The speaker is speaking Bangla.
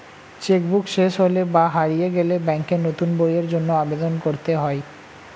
চেক বুক শেষ হলে বা হারিয়ে গেলে ব্যাঙ্কে নতুন বইয়ের জন্য আবেদন করতে হয়